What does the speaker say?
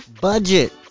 budget